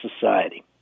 society